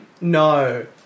No